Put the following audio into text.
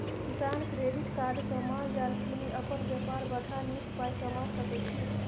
किसान credit card सँ माल जाल कीनि अपन बेपार बढ़ा नीक पाइ कमा सकै छै